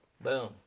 boom